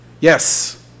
Yes